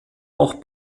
auch